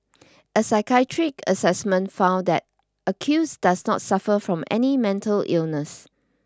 a psychiatric assessment found that accuse does not suffer from any mental illness